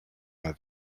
mal